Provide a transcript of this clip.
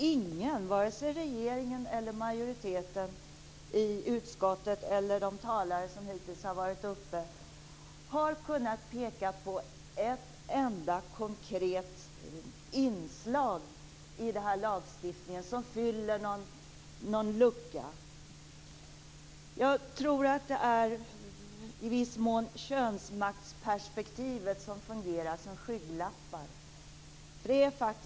Ingen - vare sig regeringen eller majoriteten i utskottet, och inte heller de talare som hittills varit uppe i debatten - har kunnat peka på ett enda konkret inslag i den här lagstiftningen som fyller någon lucka. Jag tror att könsmaktsperspektivet i viss mån fungerar som skygglappar.